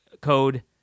Code